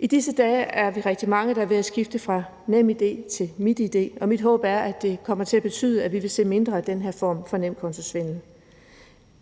I disse dage er vi rigtig mange, der er ved at skifte fra NemID til MitID, og mit håb er, at det kommer til at betyde, at vi vil se mindre af den her form for nemkontosvindel.